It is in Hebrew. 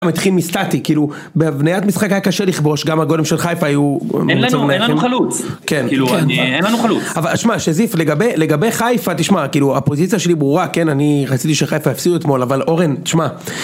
מתחיל מסטטי, כאילו, בהבניית משחק היה קשה לכבוש גם הגולים של חיפה היו... אין לנו חלוץ, כאילו, אין לנו חלוץ. אבל שמע, שזיף, לגבי חיפה, תשמע, כאילו הפוזיציה שלי ברורה, כן, אני רציתי שחיפה יפסידו אתמול, אבל אורן, תשמע